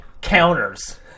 counters